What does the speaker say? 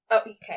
okay